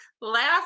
last